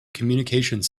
communications